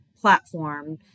platform